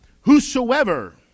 Whosoever